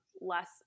less